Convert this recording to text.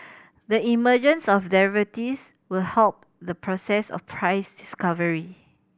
the emergence of derivatives will help the process of price discovery